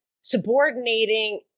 subordinating